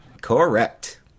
Correct